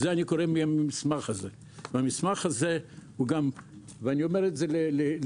ואני אומר את זה לזכותה